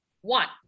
One